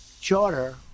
charter